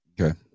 Okay